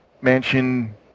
mansion